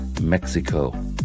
mexico